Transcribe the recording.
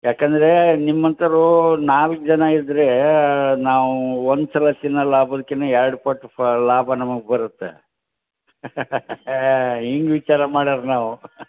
ಯಾಕೆಂದ್ರೆ ನಿಮ್ಮಂಥವ್ರು ನಾಲ್ಕು ಜನ ಇದ್ದರೆ ನಾವೂ ಒಂದ್ಸಲ ತಿನ್ನೋ ಲಾಭಕ್ಕಿಂತ ಎರ್ಡು ಪಟ್ಟ ಫಲ್ ಲಾಭ ನಮ್ಗೆ ಬರುತ್ತೆ ಹಿಂಗೆ ವಿಚಾರ ಮಾಡೋರು ನಾವು